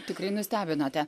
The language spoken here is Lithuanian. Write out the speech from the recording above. tikrai nustebinote